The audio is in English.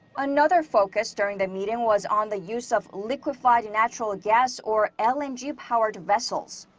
another focus during the meeting was on the use of liquefied natural gas or lng-powered vessels.